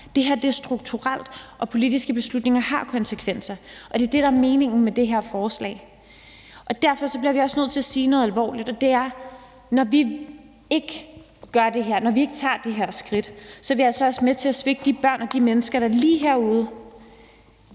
Det her er strukturelt, og politiske beslutninger har konsekvenser, og det er det, der er meningen med det her forslag. Derfor bliver vi også nødt til at sige noget alvorligt, og det er, at når vi ikke gør det her, når vi ikke tager de her skridt, er vi altså også med til at svigte de børn og de mennesker, der lige herude